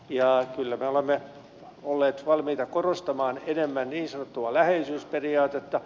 kyllä me olemme olleet valmiita korostamaan enemmän niin sanottua läheisyysperiaatetta